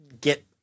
get